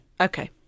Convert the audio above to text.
Okay